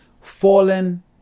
fallen